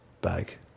bag